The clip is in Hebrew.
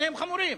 שניהם חמורים,